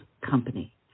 company